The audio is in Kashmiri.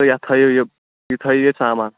بیٚیہِ یِتھ تھٲوِو یہِ یہِ تھٲوِو ییٚتہِ سامان